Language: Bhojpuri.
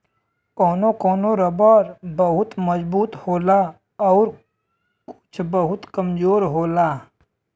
कौनो कौनो रबर बहुत मजबूत होला आउर कुछ बहुत कमजोर होला